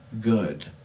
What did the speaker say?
good